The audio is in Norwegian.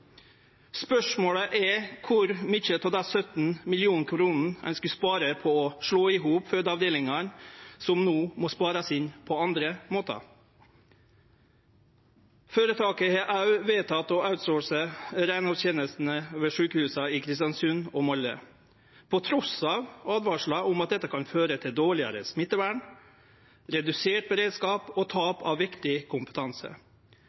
Spørsmålet er kor mykje av dei 17 mill. kr ein skulle spare på å slå i hop fødeavdelingane, som no må sparast inn på andre måtar. Føretaket har òg vedteke å outsource reinhaldstenestene ved sjukehusa i Kristiansund og Molde. Trass i åtvaringar om at dette kan føre til dårlegare smittevern, redusert beredskap og tap av viktig kompetanse,